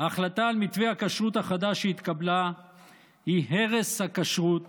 "ההחלטה על מתווה הכשרות החדש שהתקבלה היא הרס הכשרות